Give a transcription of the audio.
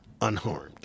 unharmed